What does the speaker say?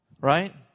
Right